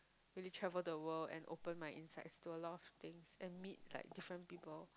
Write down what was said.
really travel the world and open my insights to a lot of things and meet like different people